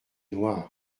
noirs